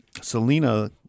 selena